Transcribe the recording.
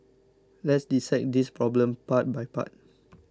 let's dissect this problem part by part